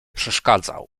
przeszkadzał